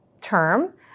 term